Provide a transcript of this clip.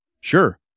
sure